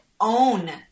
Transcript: own